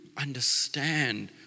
understand